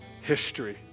history